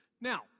Now